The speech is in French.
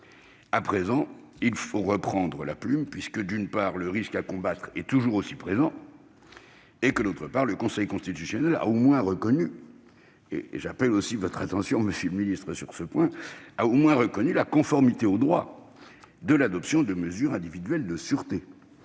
À présent, il faut reprendre la plume, puisque, d'une part, le risque à combattre est toujours aussi présent et que, d'autre part, le Conseil constitutionnel a au moins reconnu- j'appelle aussi votre attention sur ce point, monsieur le garde des sceaux -la conformité au droit constitutionnel de mesures individuelles de sûreté